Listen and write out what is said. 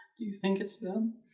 do you think it's them?